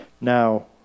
Now